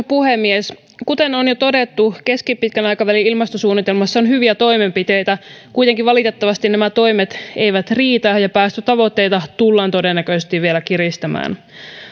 puhemies kuten on jo todettu keskipitkän aikavälin ilmastosuunnitelmassa on hyviä toimenpiteitä valitettavasti nämä toimet eivät kuitenkaan riitä ja päästötavoitteita tullaan todennäköisesti vielä kiristämään